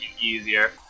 easier